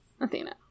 Athena